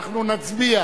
אנחנו נצביע